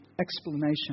explanation